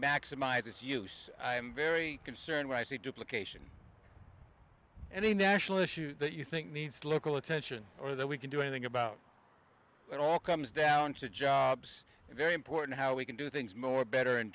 maximize its use i am very concerned when i see duplication and a national issue that you think needs local attention or that we can do anything about it all comes down to jobs very important how we can do things more better and